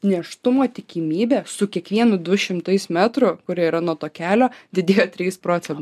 nėštumo tikimybė su kiekvienu du šimtais metrų kurie yra nuo tuo kelio didėjo trijais procentais